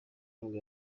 nibwo